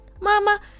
mama